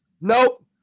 Nope